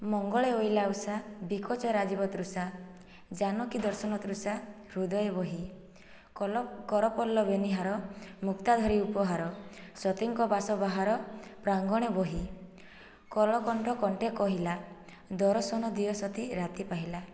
ମଙ୍ଗଳେ ଅଇଲା ଉଷା ବିକଚ ରାଜୀବ ତୃଷା ଜାନକୀ ଦର୍ଶନ ତୃଷା ହୃଦୟେ ବହି କରପଲ୍ଲବେ ନୀହାର ମୁକ୍ତା ଧରି ଉପହାର ସତୀଙ୍କ ବାସ ବାହାର ପ୍ରାଙ୍ଗଣେ ବହି କଳକଣ୍ଠ କଣ୍ଠେ କହିଲା ଦରଶନ ଦିଅ ସତୀ ରାତି ପାହିଲା